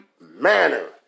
manner